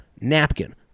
napkin